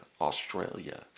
Australia